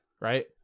right